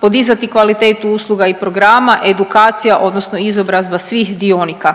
podizati kvalitetu usluga i programa, edukacija odnosno izobrazba svih dionika.